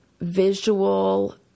visual